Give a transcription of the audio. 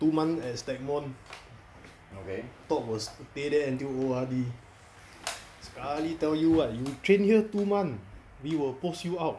two months at stagmont thought will stay there until O_R_D sekali tell you what you train here two months we will post you out